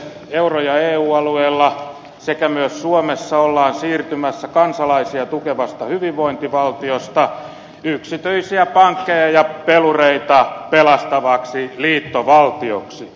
euro ja eu alueella sekä myös suomessa ollaan siirtymässä kansalaisia tukevasta hyvinvointivaltiosta yksityisiä pankkeja ja pelureita pelastavaksi liittovaltioksi